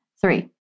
Three